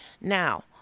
Now